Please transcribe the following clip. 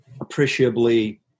appreciably